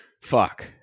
Fuck